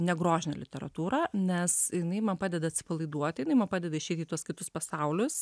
negrožinę literatūrą nes jinai man padeda atsipalaiduoti jinai man padeda išeiti į tuos kitus pasaulius